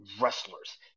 Wrestlers